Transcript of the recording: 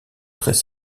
très